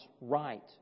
right